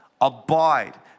abide